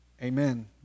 Amen